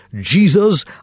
Jesus